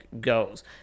goes